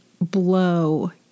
blow